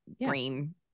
brain